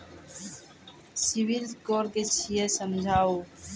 Civil score कि छियै समझाऊ?